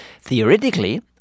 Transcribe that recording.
Theoretically